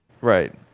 Right